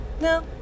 no